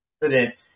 president